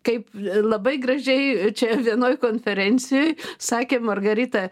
kaip labai gražiai čia vienoj konferencijoj sakė margarita